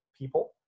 people